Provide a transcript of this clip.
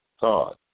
God